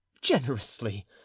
Generously